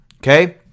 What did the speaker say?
Okay